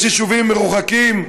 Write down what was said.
יש יישובים מרוחקים,